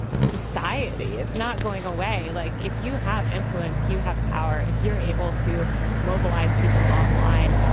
society it's not going away. like if you have influence, you have power. if you're able to mobilize people online,